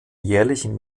jährlichen